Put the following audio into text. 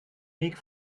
weg